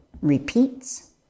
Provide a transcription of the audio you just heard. repeats